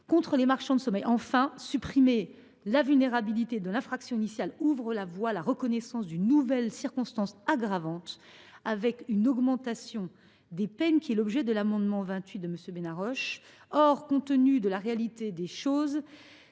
contre les marchands de sommeil. Enfin, supprimer la vulnérabilité dans l’infraction initiale ouvrirait la voie à la reconnaissance d’une nouvelle circonstance aggravante, avec une augmentation des peines qui est l’objet de l’amendement n° 27 de M. Benarroche. En réalité, toutes